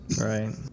Right